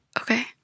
okay